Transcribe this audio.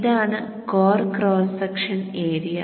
ഇതാണ് core cross section area